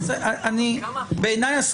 בעיניי,